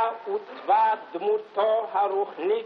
בה עוצבה דמותו הרוחנית,